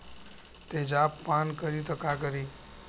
तेजाब पान करी त का करी?